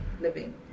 living